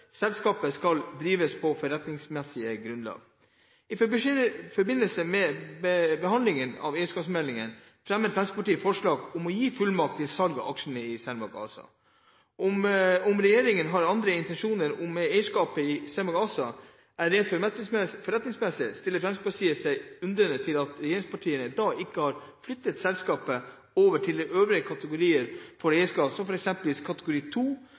Selskapet skal drives på forretningsmessig grunnlag.» I forbindelse med behandlingen av eierskapsmeldingen fremmet Fremskrittspartiet forslag om å gi fullmakt til salg av aksjene i Cermaq ASA. Dersom regjeringen har andre intensjoner med eierskapet i Cermaq ASA enn det rent forretningsmessige, stiller Fremskrittspartiet seg undrende til at regjeringspartiene da ikke har flyttet selskapet over til en av de øvrige kategoriene for eierskap, som f.eks. kategori